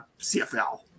CFL